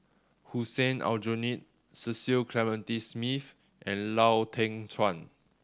Hussein Aljunied Cecil Clementi Smith and Lau Teng Chuan